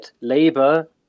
labor